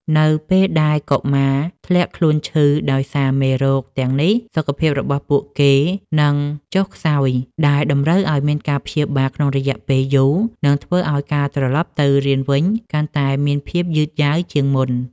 នៅពេលដែលកុមារធ្លាក់ខ្លួនឈឺដោយសារមេរោគទាំងនេះ សុខភាពរបស់ពួកគេនឹងចុះខ្សោយ ដែលតម្រូវឱ្យមានការព្យាបាលក្នុងរយៈពេលយូរ និងធ្វើឱ្យការត្រឡប់ទៅរៀនវិញកាន់តែមានភាពយឺតយ៉ាវជាងមុន។